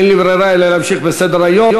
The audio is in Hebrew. אין לי ברירה אלא להמשיך בסדר-היום.